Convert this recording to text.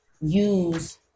use